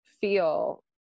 feel